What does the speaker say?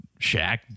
Shaq